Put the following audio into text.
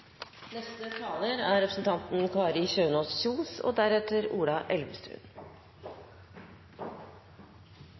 Neste taler er representanten